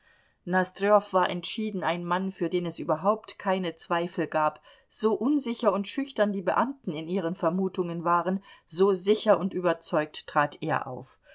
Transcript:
war entschieden ein mann für den es überhaupt keine zweifel gab so unsicher und schüchtern die beamten in ihren vermutungen waren so sicher und überzeugt trat er auf